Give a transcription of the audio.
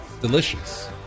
Delicious